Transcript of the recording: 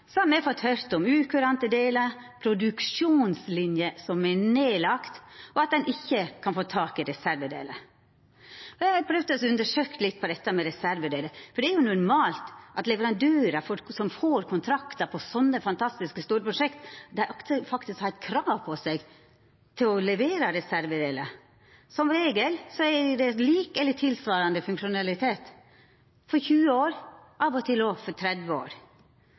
har me fått høyra om ukurante delar, produksjonslinjer som er nedlagde, og at ein ikkje kan få tak i reservedelar. Eg har prøvd å undersøkja litt om dette med reservedelar, for det er jo normalt at leverandørar som får kontraktar på sånne fantastiske, store prosjekt, faktisk har eit krav på seg om å levera reservedelar. Som regel er det lik eller tilsvarande funksjonalitet for 20 år – av og til òg for 30 år.